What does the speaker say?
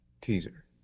teaser